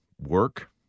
work